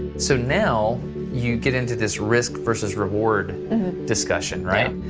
so now you get into this risk versus reward discussion, right?